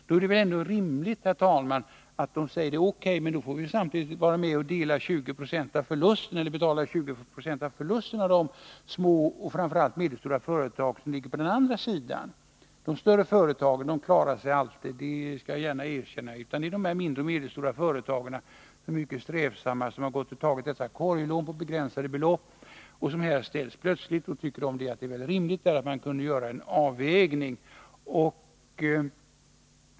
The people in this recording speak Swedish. Då är det väl ändå rimligt att samtidigt dela 20 96 av förlusterna i de små och medelstora företag som ligger på den andra sidan. De större företagen klarar sig alltid — det skall jag gärna erkänna. Det handlar om de mindre och medelstora företag som tagit dessa korglån på begränsade belopp och där man tycker att det är rimligt med en avvägning.